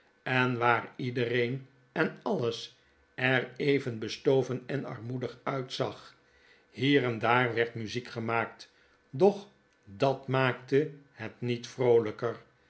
en waar iedereen en alles er even bestoven en armoedig uitzag hier en daar werd muziek gemaakt doch dat maakte het niet vroolper